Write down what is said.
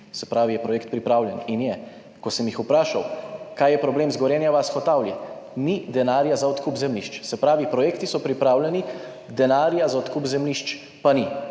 se pravi je projekt pripravljen, in je. Ko sem jih vprašal, kaj je problem s cesto Gorenja vas–Hotavlje, ni denarja za odkup zemljišč. Se pravi, projekti so pripravljeni, denarja za odkup zemljišč in